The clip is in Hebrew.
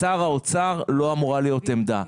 לשר האוצר לא אמורה להיות עמדה.